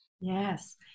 Yes